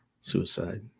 suicide